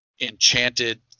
enchanted